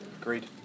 Agreed